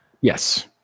Yes